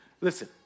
Listen